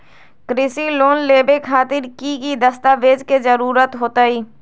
कृषि लोन लेबे खातिर की की दस्तावेज के जरूरत होतई?